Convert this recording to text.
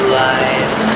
lies